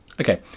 Okay